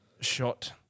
shot